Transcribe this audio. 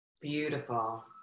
Beautiful